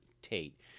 tate